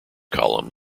column